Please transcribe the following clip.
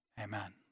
Amen